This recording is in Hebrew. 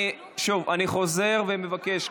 שוב, אני חוזר ומבקש,